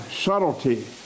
subtlety